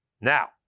Now